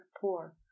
poor